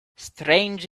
strange